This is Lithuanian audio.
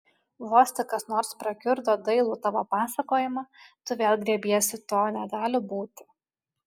vos tik kas nors prakiurdo dailų tavo pasakojimą tu vėl griebiesi to negali būti